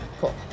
Cool